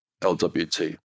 LWT